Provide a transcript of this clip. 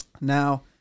Now